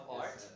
art